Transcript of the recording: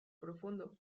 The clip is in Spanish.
profundo